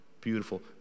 beautiful